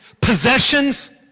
Possessions